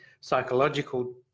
psychological